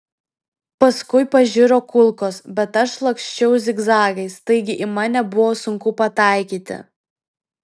paskui pažiro kulkos bet aš laksčiau zigzagais taigi į mane buvo sunku pataikyti